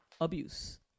abuse